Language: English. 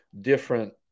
different